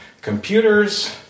computers